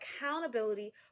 accountability